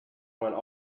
went